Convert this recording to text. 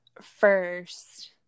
first